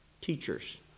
teachers